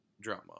drama